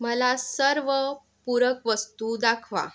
मला सर्व पूरक वस्तू दाखवा